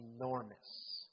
enormous